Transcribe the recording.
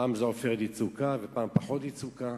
פעם "עופרת יצוקה" ופעם פחות יצוקה.